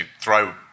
throw